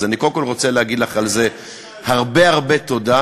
אז אני קודם כול רוצה להגיד לך על זה הרבה הרבה תודה,